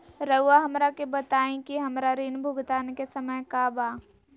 रहुआ हमरा के बताइं कि हमरा ऋण भुगतान के समय का बा?